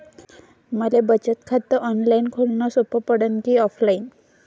मले बचत खात ऑनलाईन खोलन सोपं पडन की ऑफलाईन?